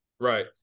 Right